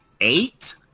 Eight